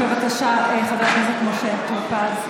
בבקשה, חבר הכנסת משה טור פז.